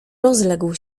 rozległ